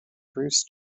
bruce